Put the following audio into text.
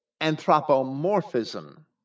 anthropomorphism